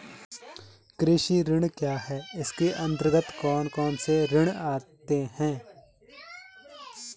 कृषि ऋण क्या है इसके अन्तर्गत कौन कौनसे ऋण आते हैं?